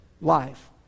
life